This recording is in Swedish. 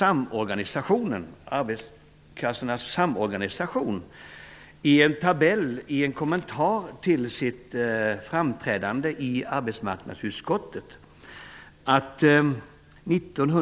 Arbetslöshetskassornas samorganisation har en tabell som en kommentar till sitt framträdande i arbetsmarknadsutskottet.